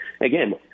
again